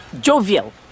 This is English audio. Jovial